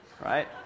right